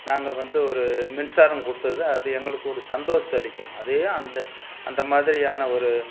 நாங்கள் வந்து ஒரு மின்சாரம் கொடுத்தது அது எங்களுக்கு ஒரு சந்தோஷத்த அளிக்கும் அதே அந்த அந்த மாதிரியான ஒரு